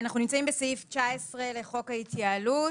אנחנו נמצאים בסעיף 19 לחוק ההתייעלות.